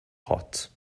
hot